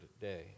day